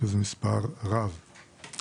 שזה מספר רב.